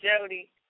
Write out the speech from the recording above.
Jody